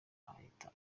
agahita